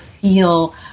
feel